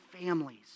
families